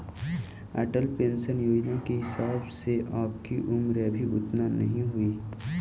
Atal pension योजना के हिसाब से आपकी उम्र अभी उतना न हई